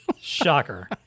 Shocker